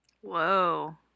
Whoa